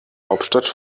hauptstadt